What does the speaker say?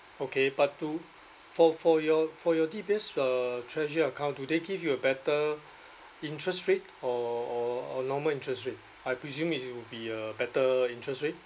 okay but to for for your for your D_B_S uh treasure account do they give you a better interest rate or or or normal interest rate I presume it would be a better interest rate